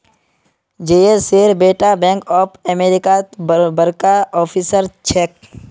जयेशेर बेटा bank of अमेरिकात बड़का ऑफिसर छेक